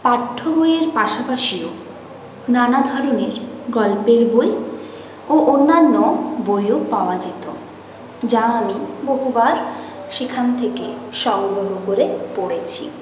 পাঠ্য বইয়ের পাশাপাশিও নানা ধরনের গল্পের বই ও অন্যান্য বইও পাওয়া যেত যা আমি বহুবার সেখান থেকে সংগ্রহ করে পড়েছি